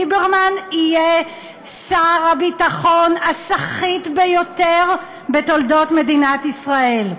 ליברמן יהיה שר הביטחון הסחיט ביותר בתולדות מדינת ישראל.